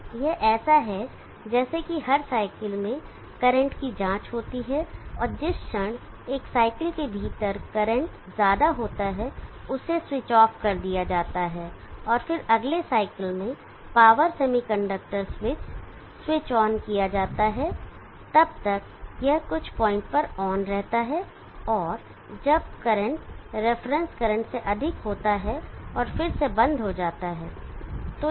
यह ऐसा है जैसे कि हर साइकिल में करंट की जांच होती है और जिस क्षण एक साइकिल के भीतर ज्यादा करंट होता है उसे स्विच ऑफ कर दिया जाता है और फिर अगले साइकिल में power semiconductor switch switch on किया जाता है तब तक यह कुछ पॉइंट पर ऑन रहता है जब करंट रेफरेंस करंट से अधिक होता है और फिर से बंद हो जाता है